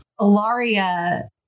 Ilaria